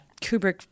Kubrick